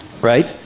right